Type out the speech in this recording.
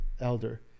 elder